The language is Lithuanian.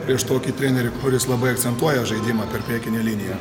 prieš tokį trenerį kuris labai akcentuoja žaidimą per priekinę liniją